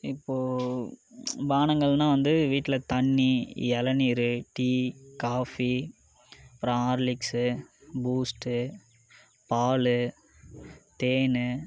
இப்போது பானங்கள்னா வந்து வீட்டில் தண்ணிர் இளநீரு டீ காஃபி அப்பறம் ஹார்லிக்ஸு பூஸ்ட்டு பால் தேன்